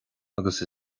agus